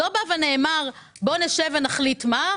לא נאמר: בואו נשב ונחליט מה.